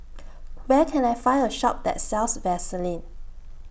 Where Can I Find A Shop that sells Vaselin